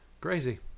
Crazy